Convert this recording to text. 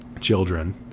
children